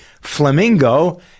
flamingo